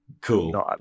Cool